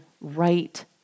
right